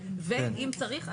ואם צריך,